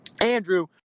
Andrew